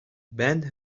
band